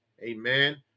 amen